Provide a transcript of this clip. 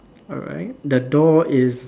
alright the door is